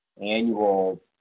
annual